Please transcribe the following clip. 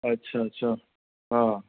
अच्छा अच्छा हा